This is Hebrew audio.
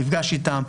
נפגש איתם,